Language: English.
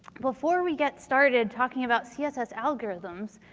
before we get started talking about css algorithms,